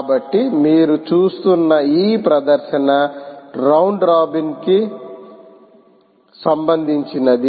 కాబట్టి మీరు చూస్తున్న ఈ ప్రదర్శన రౌండ్ రాబిన్ కి సంబంధించినది